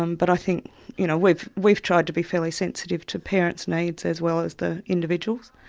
um but i think you know we've we've tried to be fairly sensitive to parents' needs as well as the individual's.